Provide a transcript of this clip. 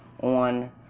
on